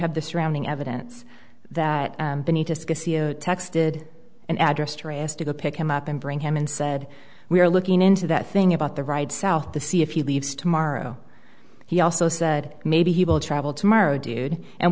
have the surrounding evidence that texted an address tereus to go pick him up and bring him in said we're looking into that thing about the ride south to see if he leaves tomorrow he also said maybe he will travel tomorrow dude and